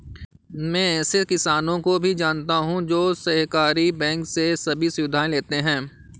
मैं ऐसे किसानो को भी जानता हूँ जो सहकारी बैंक से सभी सुविधाएं लेते है